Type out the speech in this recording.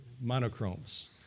monochromes